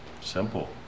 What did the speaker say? Simple